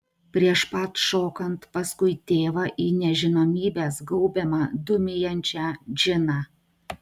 prieš pat šokant paskui tėvą į nežinomybės gaubiamą dūmijančią džiną